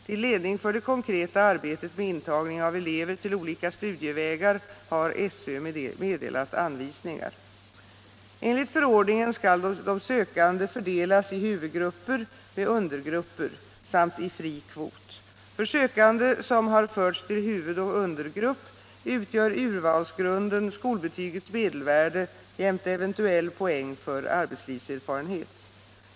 Till ledning för det konkreta arbetet med intagning av elever till olika studievägar har SÖ meddelat anvisningar. Enligt förordningen skall de sökande fördelas i huvudgrupper med undergrupper samt i fri kvot. För sökande, som har förts till huvudoch undergrupp, utgör urvalsgrunden skolbewygets medelvärde jämte eventuell poäng för arbetslivserfarenhet.